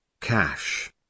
cash